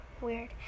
weird